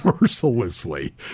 mercilessly